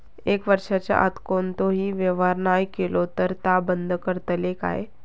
एक वर्षाच्या आत कोणतोही व्यवहार नाय केलो तर ता बंद करतले काय?